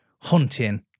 hunting